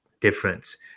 difference